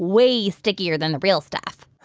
way stickier than the real stuff